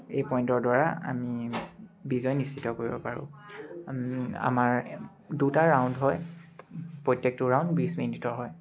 এই পইণ্টৰ দ্বাৰা আমি বিজয় নিশ্চিত কৰিব পাৰোঁ আমাৰ দুটা ৰাউণ্ড হয় প্ৰত্যেকটো ৰাউণ্ড বিছ মিনিটৰ হয়